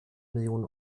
millionen